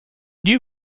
new